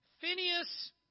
Phineas